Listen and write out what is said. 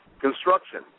Construction